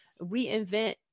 reinvent